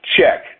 check